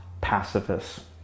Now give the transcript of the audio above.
pacifists